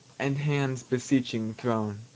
and hands beseeching thrown.